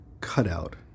cutout